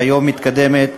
שהיום מתקדמת,